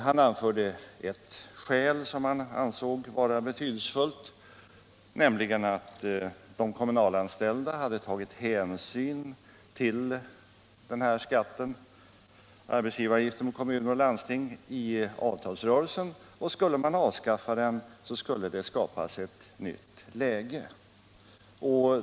Han anförde ett skäl som han ansåg vara betydelsefullt, nämligen att de kommunalanställda hade tagit hänsyn till arbetsgivaravgiften för kommuner och landsting i avtalsrörelsen, och skulle man avskaffa den skulle det skapas ett nytt läge.